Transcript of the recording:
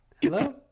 hello